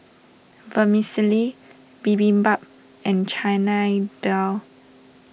Vermicelli Bibimbap and Chana Dal